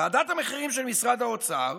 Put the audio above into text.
ועדת המחירים של משרד האוצר,